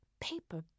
paper